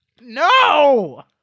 No